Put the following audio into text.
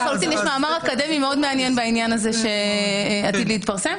יש מאמר אקדמי מאוד מעניין בעניין שעתיד להתפרסם.